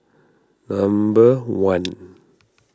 number one